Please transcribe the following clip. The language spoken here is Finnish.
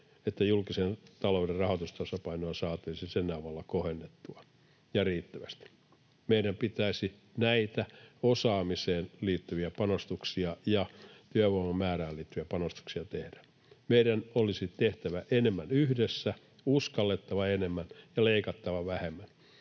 että julkisen talouden rahoitustasapainoa saataisi sen avulla kohennettua ja riittävästi.” Meidän pitäisi näitä osaamiseen liittyviä panostuksia ja työvoiman määrään liittyviä panostuksia tehdä. Meidän olisi tehtävä enemmän yhdessä, uskallettava enemmän ja leikattava vähemmän.